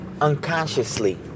unconsciously